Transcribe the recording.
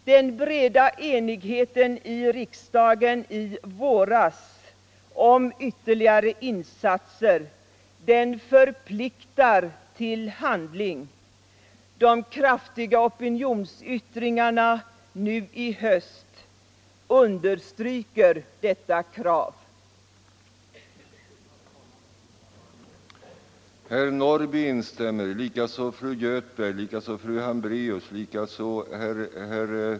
Den breda enigheten i riksdagen i våras om ytterligare insatser förpliktar till handling. De kraftiga opinionsyttringarna i höst understryker detta krav.